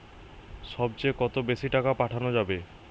সব চেয়ে কত বেশি টাকা পাঠানো যাবে?